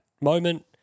moment